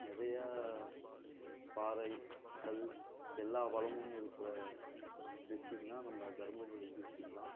நிறையா பாறை கல் எல்லா வளமும் இருக்கிற டிஸ்ட்ரிக்னால் நம்ம தர்மபுரி டிஸ்ட்ரிக்ட் தான்